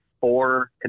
four